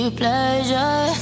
pleasure